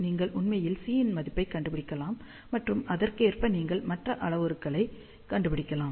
நீங்கள் உண்மையில் C இன் மதிப்பைக் கண்டுபிடிக்கலாம் மற்றும் அதற்கேற்ப நீங்கள் மற்ற அளவுருக்களைக் கண்டுபிடிக்கலாம்